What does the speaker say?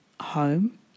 home